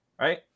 right